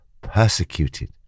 persecuted